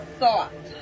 thought